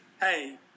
hey